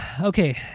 okay